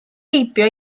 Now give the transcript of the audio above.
heibio